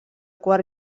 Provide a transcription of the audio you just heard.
quart